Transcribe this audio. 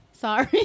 Sorry